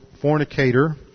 fornicator